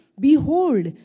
Behold